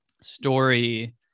story